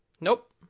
Nope